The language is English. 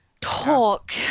talk